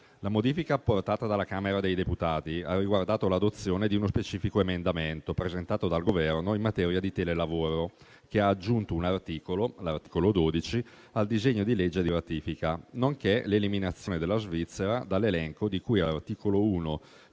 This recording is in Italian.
La modifica apportata dalla Camera dei deputati ha riguardato l'adozione di uno specifico emendamento, presentato dal Governo, in materia di telelavoro, che ha aggiunto l'articolo 12 al disegno di legge di ratifica, nonché l'eliminazione della Svizzera dall'elenco di cui all'articolo 1